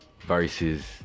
versus